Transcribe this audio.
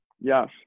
Yes